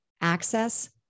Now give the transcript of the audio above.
access